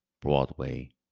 Broadway